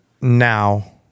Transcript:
now